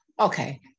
Okay